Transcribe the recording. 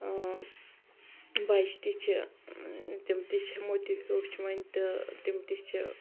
اۭں بَچہِ تہِ چھِ تِم تہِ چھِ تِمو تہِ ہیوٚچھ وۄںۍ تہٕ تِم تہِ چھِ